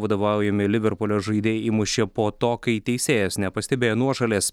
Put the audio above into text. vadovaujami liverpulio žaidėjai įmušė po to kai teisėjas nepastebėjo nuošalės